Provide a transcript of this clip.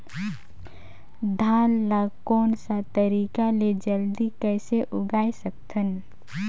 धान ला कोन सा तरीका ले जल्दी कइसे उगाय सकथन?